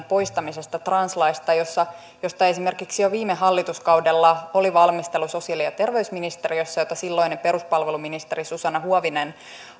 poistamisesta translaista josta esimerkiksi jo viime hallituskaudella oli valmistelu sosiaali ja terveysministeriössä jota silloinen peruspalveluministeri susanna huovinen